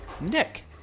Nick